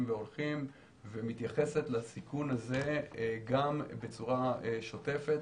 והולכים ומתייחסת לסיכון הזה גם בצורה שוטפת